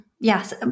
yes